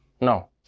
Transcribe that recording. No